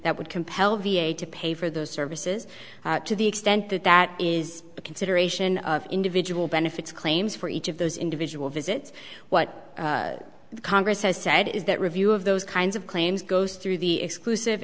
would compel v a to pay for those services to the extent that that is a consideration of individual benefits claims for each of those individual visits what the congress has said is that review of those kinds of claims goes through the exclusive